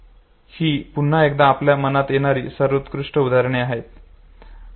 ही पुन्हा एकदा आपल्या मनात येणारी सर्वोत्कृष्ट उदाहरणे आहेत